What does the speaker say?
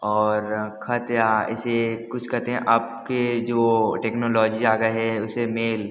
और ख़त या ऐसे कुछ कहते हैं आपके जो टेक्नोलॉजी आ गए है उसे मेल